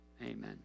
amen